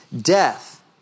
death